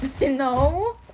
No